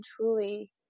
truly